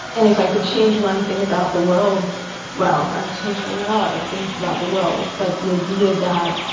and if i could change one thing about the world well, i would change a lot of things about the world but the idea that,